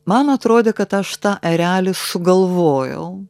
man atrodė kad aš tą erelį sugalvojau